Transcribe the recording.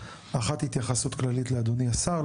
אחת התייחסות כללית לאדוני השר,